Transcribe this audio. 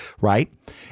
right